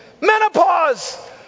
Menopause